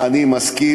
אני מסכים,